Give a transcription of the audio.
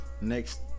next